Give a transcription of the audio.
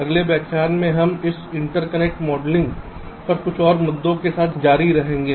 अगले व्याख्यान में हम इस इंटरकनेक्ट मॉडलिंग पर कुछ और मुद्दों के साथ जारी रहेंगे